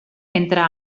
entre